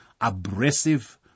abrasive